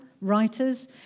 writers